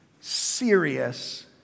serious